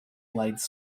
blades